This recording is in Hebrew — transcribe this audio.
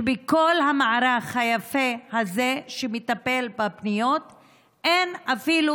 שבכל המערך היפה הזה שמטפל בפניות אין אפילו